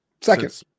Second